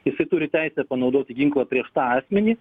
jisai turi teisę panaudoti ginklą prieš tą asmenį